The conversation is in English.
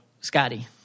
Scotty